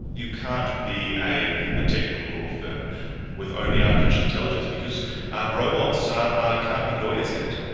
you can't be a ah technical law firm with only artificial intelligence because um robots ah ah can't be lawyers yet.